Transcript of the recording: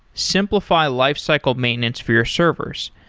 simplify lifecycle maintenance for your servers.